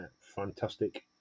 fantastic